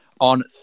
on